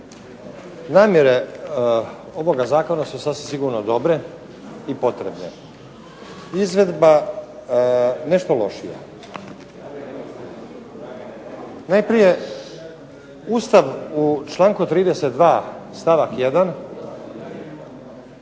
Namjere ovog zakona su sasvim sigurno dobre i potrebne. Izvedba nešto lošija. Najprije Ustav u članku 32. stavak 1.